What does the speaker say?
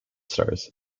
stars